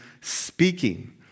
speaking